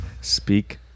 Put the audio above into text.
Speak